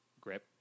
grip